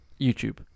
YouTube